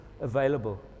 available